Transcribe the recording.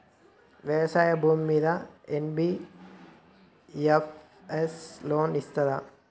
వ్యవసాయం భూమ్మీద NBFS loan ఇస్తదా?